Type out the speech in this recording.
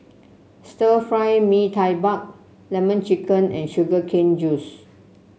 Stir Fry Mee Tai Mak lemon chicken and Sugar Cane Juice